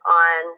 on